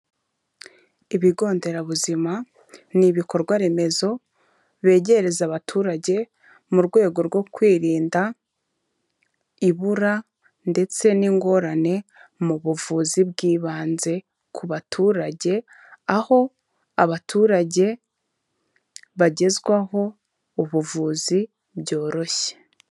Ibigo nderabuzima ni ibikorwaremezo begereza abaturage mu rwego rwo kwirinda ibura ndetse n'ingorane mu buvuzi bw'ibanze ku baturage, aho abaturage bagezwaho ubuvuzi byoroshye.